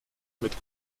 mit